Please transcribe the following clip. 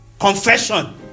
Confession